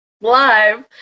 live